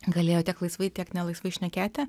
galėjo tiek laisvai tiek nelaisvai šnekėti